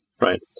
right